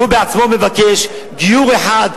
שהוא בעצמו מבקש גיור אחד,